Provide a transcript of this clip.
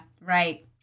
right